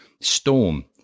storm